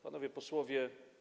Panowie Posłowie!